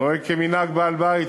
נוהג כמנהג בעל-בית,